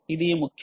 ఇది ముఖ్యం